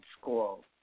school